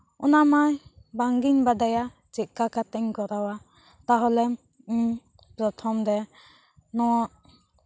ᱚᱱᱟ ᱢᱟ ᱵᱟᱝᱜᱤᱧ ᱵᱟᱰᱟᱭᱟ ᱪᱮᱫ ᱠᱟ ᱠᱟᱛᱮᱧ ᱠᱚᱨᱟᱣᱟ ᱛᱟᱦᱞᱮ ᱮᱸ ᱯᱨᱚᱛᱷᱚᱢ ᱨᱮ ᱱᱚᱜ